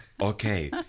Okay